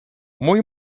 mój